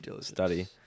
study